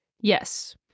Yes